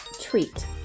treat